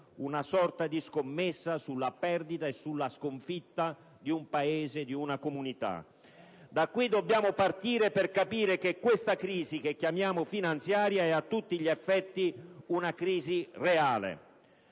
una sorta di scommessa sulla perdita e sulla sconfitta di un Paese, di una comunità). Da qui dobbiamo partire per capire che questa crisi, che chiamiamo finanziaria, è a tutti gli effetti una crisi reale.